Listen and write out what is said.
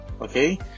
Okay